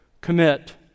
commit